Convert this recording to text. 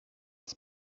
its